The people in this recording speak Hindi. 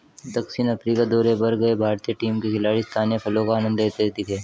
दक्षिण अफ्रीका दौरे पर गए भारतीय टीम के खिलाड़ी स्थानीय फलों का आनंद लेते दिखे